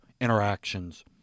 interactions